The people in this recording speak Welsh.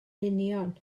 union